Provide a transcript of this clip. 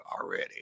already